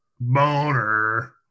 Boner